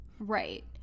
right